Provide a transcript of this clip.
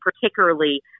particularly